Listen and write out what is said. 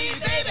baby